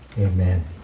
Amen